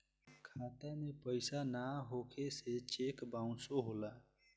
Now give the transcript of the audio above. खाता में पइसा ना होखे से चेक बाउंसो होला